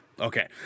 Okay